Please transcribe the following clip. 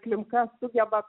klimka sugeba